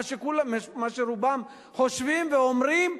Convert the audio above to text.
מה שרובם חושבים ואומרים,